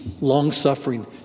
long-suffering